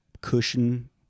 cushion